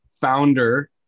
founder